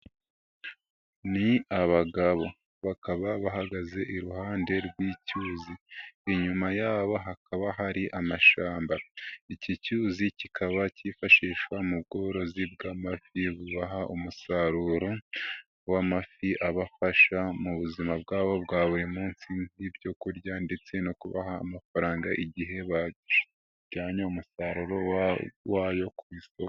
Ni abagabo bakaba bahagaze iruhande rw'icyuzi. Inyuma yabo hakaba hari amashamba. Iki cyuzi kikaba kifashishwa mu bworozi bw'amafi bubaha umusaruro w'amafi, ubafasha mu buzima bwabo bwa buri munsi nk'ibyo kurya ndetse no kubaha amafaranga igihe bajyanye umusaruro wayo ku isoko.